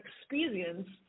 experience